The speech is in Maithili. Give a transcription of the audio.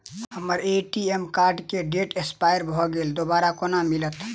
हम्मर ए.टी.एम कार्ड केँ डेट एक्सपायर भऽ गेल दोबारा कोना मिलत?